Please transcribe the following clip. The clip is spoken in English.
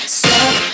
stop